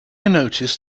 noticed